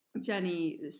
Jenny